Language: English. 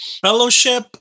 fellowship